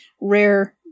rare